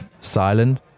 silent